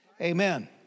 Amen